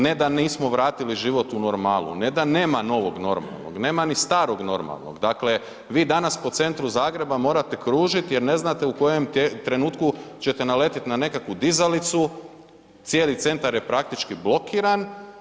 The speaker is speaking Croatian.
Ne da nismo vratili život u normalu, ne da nema novog normalnog, nema ni starog normalnog, dakle vi danas po centru Zagreba morate kružit jer ne znate u kojem trenutku ćete naletiti na nekakvu dizalicu, cijeli centar je praktički blokiran.